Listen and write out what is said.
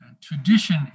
tradition